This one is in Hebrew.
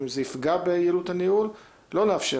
אם זה יפגע ביעילות הניהול לא נאפשר